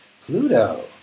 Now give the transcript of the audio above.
Pluto